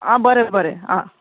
आं बरें बरें आं